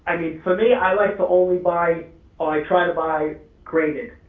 i mean, for me, i like to only buy, or i try to buy graded.